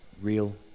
real